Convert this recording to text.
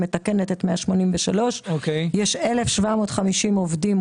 שמתקנת את 183. יש מכסה של כ-1,750 עובדים,